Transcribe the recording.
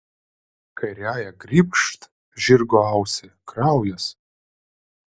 kairiąja grybšt žirgo ausį kraujas